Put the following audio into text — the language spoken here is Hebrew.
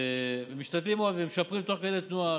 משתדלים מאוד ומשפרים תוך כדי תנועה.